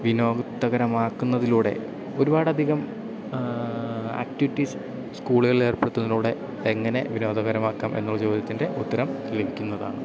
വിനോദകരമാക്കുന്നതിലൂടെ ഒരുപാടധികം ആക്ടിവിറ്റീസ് സ്കൂളുകളിൽ ഏർപ്പെടുത്തുന്നതിലൂടെ എങ്ങനെ വിനോദകരമാക്കാം എന്നുള്ള ചോദ്യത്തിൻ്റെ ഉത്തരം ലഭിക്കുന്നതാണ്